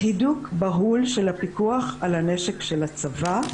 הידוק בהול של הפיקוח על הנשק של הצבא,